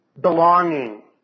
belonging